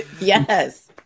Yes